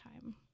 time